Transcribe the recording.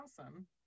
awesome